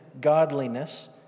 godliness